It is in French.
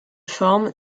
forme